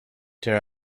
there